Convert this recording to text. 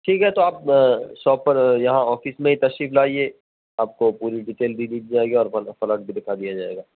ٹھیک ہے تو آپ شاپ پر یہاں آفس میں ہی تشریف لائیے آپ کو پوری ڈیٹیل دے دی جائے گی اور بڑیا پلاٹ بھی دکھا دیا جائے گا